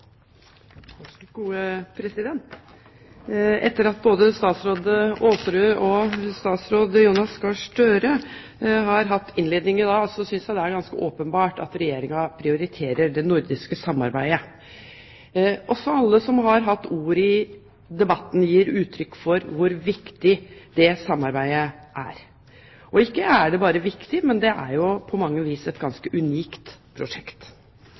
Etter at både statsråd Aasrud og utenriksminister Jonas Gahr Støre har hatt innledninger i dag, synes jeg det er ganske åpenbart at Regjeringen prioriterer det nordiske samarbeidet. Også alle de som har hatt ordet i debatten, gir uttrykk for hvor viktig det samarbeidet er – og ikke bare er det viktig, men det er på mange vis et ganske unikt prosjekt.